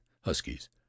huskies